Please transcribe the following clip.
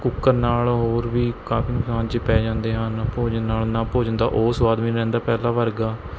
cooker ਨਾਲ ਹੋਰ ਵੀ ਕਾਫੀ ਨੁਕਸਾਨ 'ਚ ਪੈ ਜਾਂਦੇ ਹਨ ਭੋਜਨ ਨਾਲ ਨਾ ਭੋਜਨ ਦਾ ਉਹ ਸਵਾਦ ਵੀ ਨਹੀਂ ਰਹਿੰਦਾ ਪਹਿਲਾਂ ਵਰਗਾ